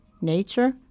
nature